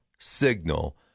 signal